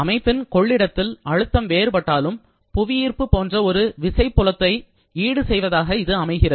அமைப்பின் கொள்ளிடத்தில் அழுத்தம் வேறுபட்டாலும் புவியீர்ப்பு போன்ற ஒரு விசை புலத்தை ஈடு செய்வதாக இது அமைகிறது